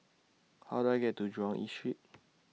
How Do I get to Jurong East Street